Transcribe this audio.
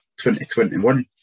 2021